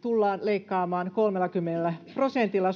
tullaan leikkaamaan 30 prosentilla,